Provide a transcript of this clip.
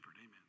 Amen